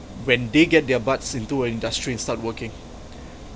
when they get their butts into a industry and start working